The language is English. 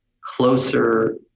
closer